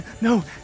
No